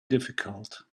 difficult